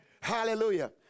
Hallelujah